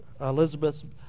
Elizabeth